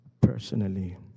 personally